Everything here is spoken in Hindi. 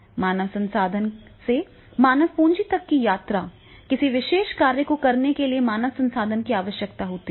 मानव संसाधन से मानव पूंजी तक की यात्रा किसी विशेष कार्य को करने के लिए मानव संसाधन की आवश्यकता होती है